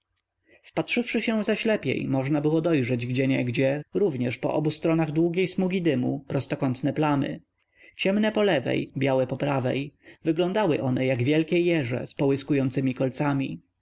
wpatrzywszy się zaś lepiej można było dojrzeć gdzieniegdzie również po obu stronach długiej smugi dymu prostokątne plamy ciemne po lewej białe po prawej wyglądały one jak wielkie jeże z połyskującemi kolcami